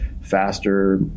faster